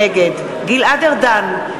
נגד גלעד ארדן,